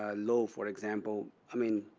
low, for example. i mean,